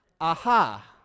Aha